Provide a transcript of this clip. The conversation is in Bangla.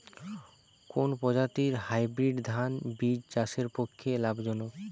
কোন প্রজাতীর হাইব্রিড ধান বীজ চাষের পক্ষে লাভজনক?